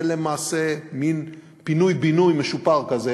זה למעשה מין פינוי-בינוי משופר כזה,